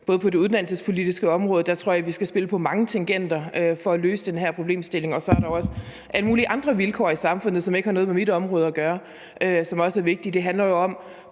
vi på det uddannelsespolitiske område skal spille på mange tangenter for at løse den her problemstilling, og så er der jo også alle mulige andre vilkår i samfundet, der ikke har noget med mit område at gøre, som også er vigtige.